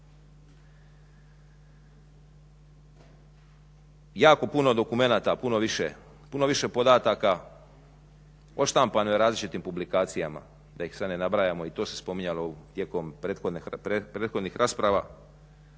Jako puno dokumenata, puno više podataka odštampano je u različitim publikacijama da ih sve ne nabrajamo i to se spominjalo tijekom prethodnim rasprava.